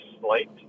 slight